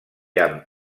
amb